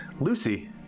Lucy